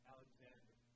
Alexander